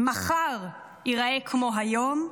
מחר ייראה כמו היום,